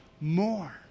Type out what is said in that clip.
more